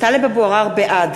בעד